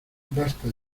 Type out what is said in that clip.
basta